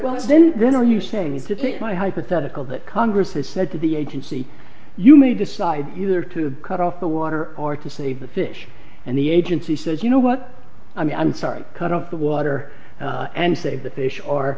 was then then are you saying need to take my hypothetical that congress has said to the agency you may decide either to cut off the water or to save the fish and the agency says you know what i'm sorry cut off the water and save the fish or